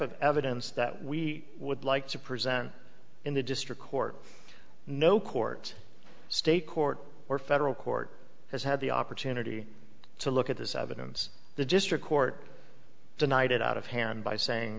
of evidence that we would like to present in the district court no court state court or federal court has had the opportunity to look at this evidence the district court denied it out of hand by saying